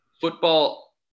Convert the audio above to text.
football